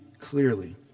clearly